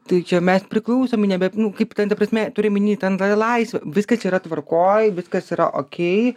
tai čia mes priklausomi nebe nu kaip ten ta prasme turiu omeny ten tą laisvę viskas yra tvarkoj viskas yra okei